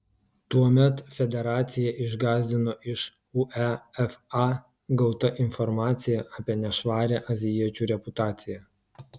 tuomet federaciją išgąsdino iš uefa gauta informacija apie nešvarią azijiečių reputaciją